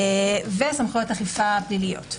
וסמכויות אכיפה פליליות.